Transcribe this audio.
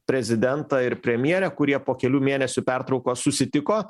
prezidentą ir premjerę kurie po kelių mėnesių pertraukos susitiko